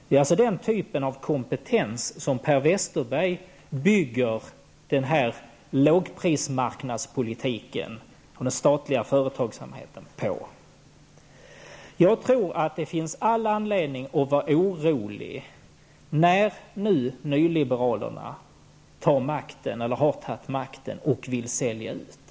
Det är alltså den typen av kompetens som Per Westerberg bygger den här lågprismarknadspolitiken för den statliga företagsamheten på. Jag tror att det finns all anledning att vara orolig när nu nyliberalerna har tagit makten och vill sälja ut.